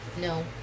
No